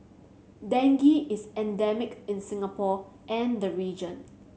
dengue is endemic in Singapore and the region